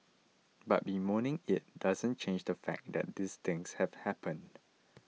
but bemoaning it doesn't change the fact that things have happened